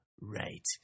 Right